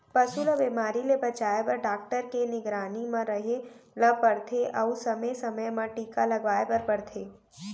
पसू ल बेमारी ले बचाए बर डॉक्टर के निगरानी म रहें ल परथे अउ समे समे म टीका लगवाए बर परथे